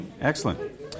Excellent